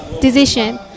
decision